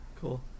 Cool